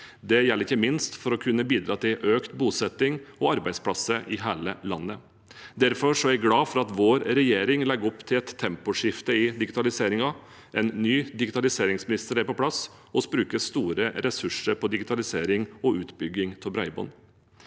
Det gjelder ikke minst for å kunne bidra til økt bosetting og arbeidsplasser i hele landet. Derfor er jeg glad for at vår regjering legger opp til et temposkifte i digitaliseringen. En ny digitaliseringsminister er på plass, og vi bruker store ressurser på digitalisering og utbygging av bredbånd.